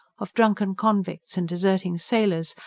of drunken convicts and deserting sailors,